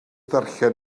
ddarllen